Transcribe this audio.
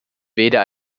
weder